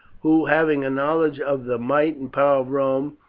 who, having a knowledge of the might and power of rome,